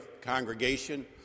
congregation